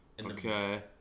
Okay